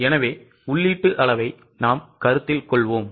எனவே உள்ளீட்டு அளவை நாம் கருத்தில் கொள்வோம்